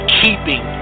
keeping